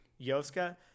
Yoska